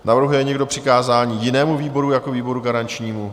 Navrhuje někdo přikázání jinému výboru jako výboru garančnímu?